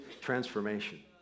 Transformation